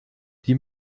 die